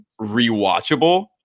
rewatchable